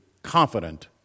confident